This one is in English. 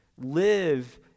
Live